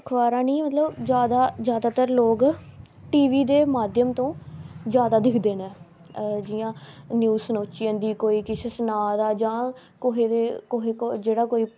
अखबारां निं मतलब जादा जादातर लोग टी वी दे माध्यम तो जादा दिक्खदे न जि'यां न्यूज़ सनोची जंदी कोई किश सनाऽ दा जां कोहे दे कोहे दे जेह्ड़ा कोई